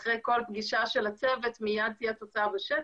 אחרי כל פגישה של הצוות מיד תהיה תוצאה בשטח,